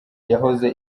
yahoze